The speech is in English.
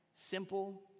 Simple